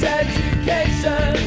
education